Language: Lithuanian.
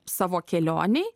savo kelionei